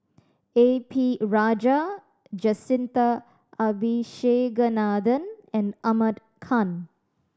A P Rajah Jacintha Abisheganaden and Ahmad Khan